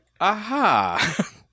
aha